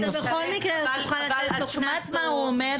את שומעת מה שהוא אומר?